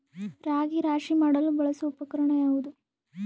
ರಾಗಿ ರಾಶಿ ಮಾಡಲು ಬಳಸುವ ಉಪಕರಣ ಯಾವುದು?